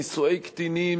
נישואי קטינים,